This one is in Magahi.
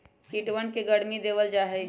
कीटवन के गर्मी देवल जाहई